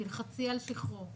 בוקר טוב ליושב-ראש ולכל החברים שם.